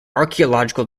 archeological